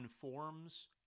forms